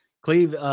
Cleve